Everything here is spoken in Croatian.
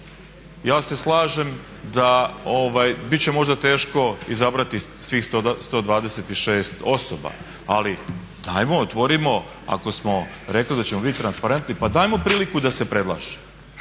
Ja se slažem da bit će možda teško izabrati svih 126 osoba, ali dajmo, otvorimo ako smo rekli da ćemo biti transparentni pa dajmo priliku da se predlaže.